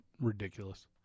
ridiculous